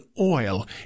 oil